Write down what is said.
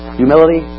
humility